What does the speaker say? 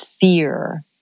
fear